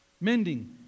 Mending